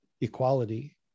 equality